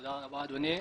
תודה רבה, אדוני.